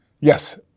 Yes